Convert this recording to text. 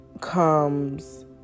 comes